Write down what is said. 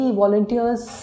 volunteers